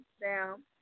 down